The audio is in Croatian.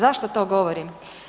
Zašto to govorim?